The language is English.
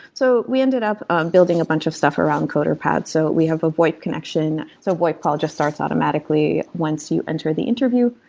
so we ended up um building a bunch of stuff around coder pads. so we have a voip connection, so voip probably just starts automatically once you enter the interview.